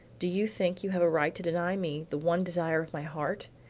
do you think you have a right to deny me the one desire of my heart?